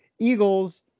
Eagles